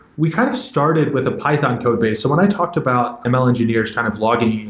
we kind of started with a python codebase. so when i talked about ml engineers kind of logging,